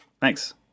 Thanks